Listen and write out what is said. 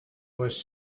was